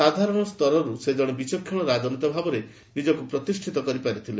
ସାଧାରଣସ୍ତରରୁ ସେ ଜଣେ ବିଚକ୍ଷଣ ରାଜନେତା ଭାବରେ ନିଜକୁ ପ୍ରତିଷ୍ଠିତ କରିପାରିଥିଲେ